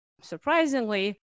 surprisingly